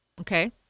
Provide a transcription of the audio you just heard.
Okay